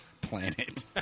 planet